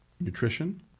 nutrition